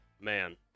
man